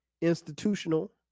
institutional